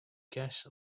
cash